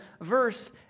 verse